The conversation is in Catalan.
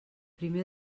primer